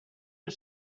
you